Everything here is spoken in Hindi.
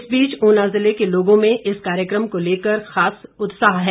इस बीच ऊना ज़िले के लोगों में इस कार्यक्रम को लेकर खास उत्साह है